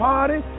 Party